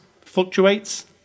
fluctuates